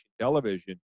television